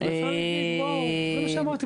באמת מדובר על מגה פרויקטים.